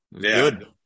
good